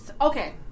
Okay